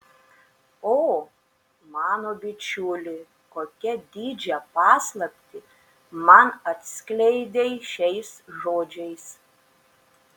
o mano bičiuli kokią didžią paslaptį man atskleidei šiais žodžiais